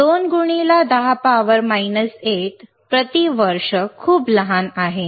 2 x 10 8 प्रति वर्ष खूप लहान आहे